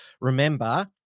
remember